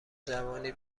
جوانی